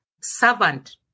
servant